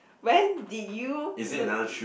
when did you